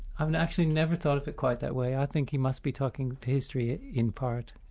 i've and actually never thought of it quite that way i think he must be talking to history in part,